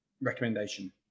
recommendation